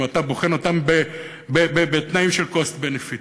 אם אתה בוחן אותן בתנאים של benefit cost,